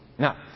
Now